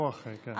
שבוע אחרי, כן.